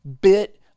bit